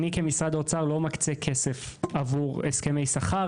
אני כמשרד האוצר לא מקצה כסף עבור הסכמי שכר